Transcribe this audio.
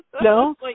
No